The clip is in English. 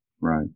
Right